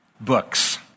books